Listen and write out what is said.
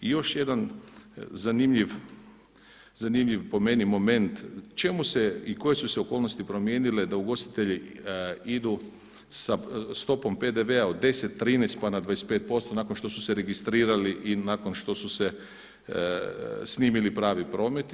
I još jedan zanimljiv po meni moment, čemu se i koje su se okolnosti promijenile da ugostitelji idu sa stopom PDV-a od 10, 13 pa na 25% nakon što su se registrirali i nakon što su se snimili pravi prometi.